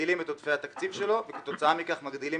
מגדילים את עודפי התקציב שלו וכתוצאה מכך מגדילים